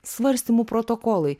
svarstymų protokolai